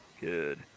good